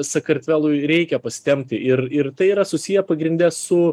sakartvelui reikia pas tempti ir ir tai yra susiję pagrinde su